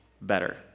better